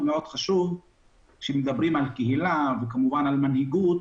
חשוב כשמדברים על קהילה ועל מנהיגות,